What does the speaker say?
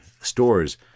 stores